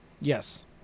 Yes